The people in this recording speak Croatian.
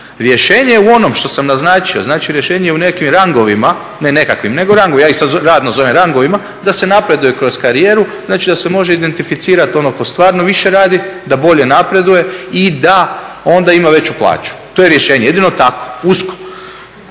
Rješenje je u onom što sam naznačio, znači rješenje je u nekim rangovima. Ne nekakvim, nego rangu. Ja ih sad radno zovem rangovima, da se napreduje kroz karijeru, znači da se može identificirati onog tko stvarno više radi, da bolje napreduje i da onda ima veću plaću. To je rješenje, jedino tako, usko.